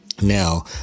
Now